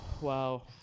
Wow